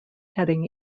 heading